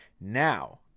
Now